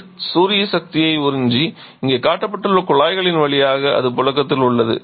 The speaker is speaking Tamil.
நீர் சூரிய சக்தியை உறிஞ்சி இங்கே காட்டப்பட்டுள்ள குழாய்களின் வழியாக அது புழக்கத்தில் உள்ளது